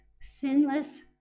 sinless